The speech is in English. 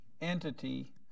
entity